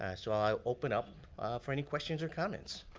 ah so, i'll open up for any questions or comments.